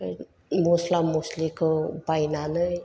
मस्ला मस्लिखौ बायनानै